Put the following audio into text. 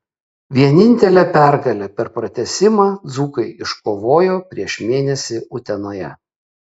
vienintelę pergalę per pratęsimą dzūkai iškovojo prieš mėnesį utenoje